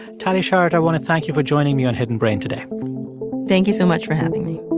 tali sharot, i want to thank you for joining me on hidden brain today thank you so much for having me